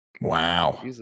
Wow